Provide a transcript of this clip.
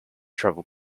travel